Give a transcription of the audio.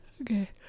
Okay